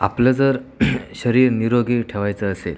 आपलं जर शरीर निरोगी ठेवायचं असेल